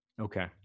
Okay